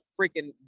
freaking